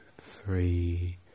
Three